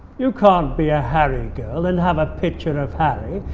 you can't be a harry girl and have a picture of harry,